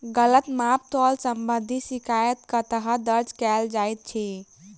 गलत माप तोल संबंधी शिकायत कतह दर्ज कैल जाइत अछि?